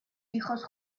hijos